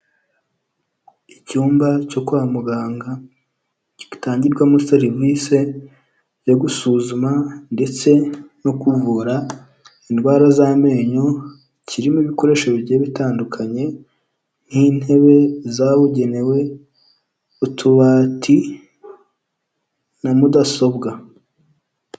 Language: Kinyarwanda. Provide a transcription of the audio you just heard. Icyumba cyo kwa muganga gitangirwamo serivisi yo gusuzuma ndetse no kuvura indwara z'amenyo kirimo ibikoresho bigiye bitandukanye nk'intebe zabugenewe ,utubati na mudasobwa.